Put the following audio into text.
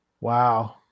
Wow